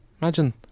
Imagine